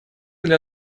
для